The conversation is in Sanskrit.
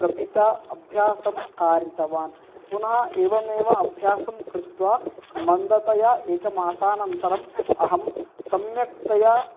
प्रपिता अभ्यासं कारितवान् पुनः एवमेव अभ्यासं कृत्वा मन्दतया एकमासानन्तरम् अहं सम्यक्तया